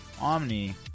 Omni